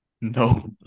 No